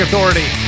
Authority